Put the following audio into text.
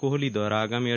કોહલી દ્વારા આગામી તા